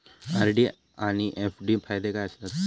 RD आनि FD फायदे काय आसात?